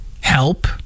help